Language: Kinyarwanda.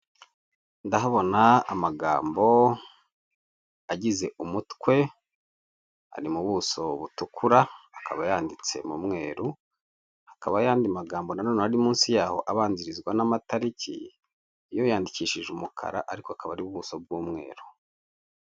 Ndahabona amagambo agize umutwe ari mu buso butukura akaba yanditse mu mweru, hakaba ayandi magambo nanone ari munsi yaho abanzirizwean'amatariki, yo yandikishije umukara akaba ari mu buso bw'umweru.